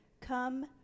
Come